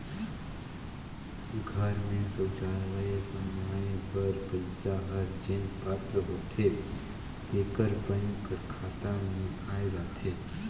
घर में सउचालय बनाए बर पइसा हर जेन पात्र होथे तेकर बेंक कर खाता में आए जाथे